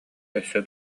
өссө